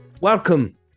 Welcome